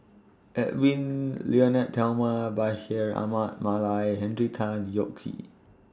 Edwy Lyonet Talma Bashir Ahmad Mallal Henry Tan Yoke See